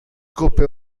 coppe